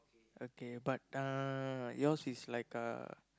okay but uh yours is like uh